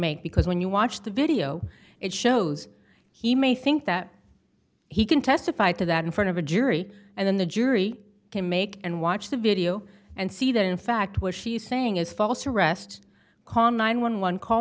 make because when you watch the video it shows he may think that he can testify to that in front of a jury and then the jury can make and watch the video and see that in fact what she's saying is false arrest call nine